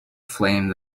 flame